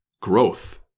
growth